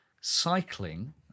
cycling